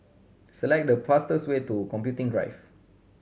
select the fastest way to Computing Drive